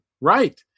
Right